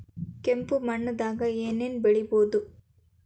ಕೆಂಪು ಮಣ್ಣದಾಗ ಏನ್ ಏನ್ ಬೆಳಿಬೊದು?